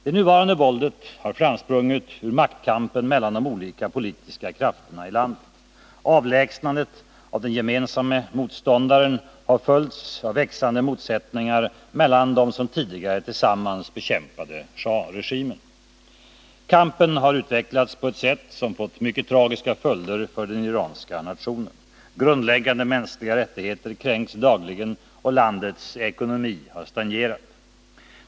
Det nuvarande våldet har framsprungit ur maktkampen mellan de olika politiska krafterna i landet. Avlägsnandet av den gemensamme motståndaren har följts av växande motsättningar mellan dem som tidigare tillsammans bekämpade schahregimen. Kampen har utvecklats på ett sätt som fått mycket tragiska följder för den iranska nationen. Grundläggande mänskliga rättigheter kränks dagligen, och landets ekonomi har stagnerat.